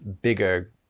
bigger